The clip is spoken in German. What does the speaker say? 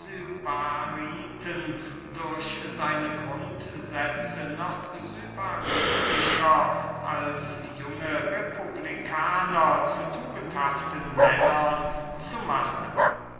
den seine grundsätze geschickter machten weibische sybariten noch sybaritischer als junge republikaner zu tugendhaften männern zu machen